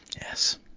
Yes